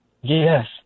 yes